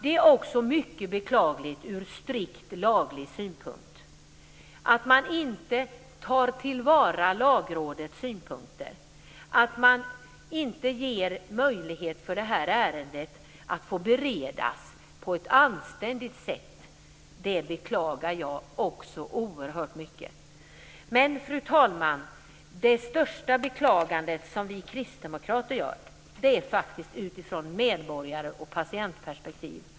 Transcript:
Det är också mycket beklagligt ur strikt laglig synpunkt att man inte tar till vara Lagrådets synpunkter och att man inte ger möjlighet för det här ärendet att beredas på ett anständigt sätt. Det beklagar jag också oerhört mycket. Men, fru talman, det största beklagandet från oss kristdemokrater gör vi faktiskt utifrån ett medborgaroch patientperspektiv.